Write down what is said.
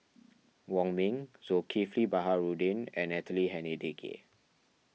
Wong Ming Zulkifli Baharudin and Natalie Hennedige